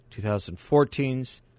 2014s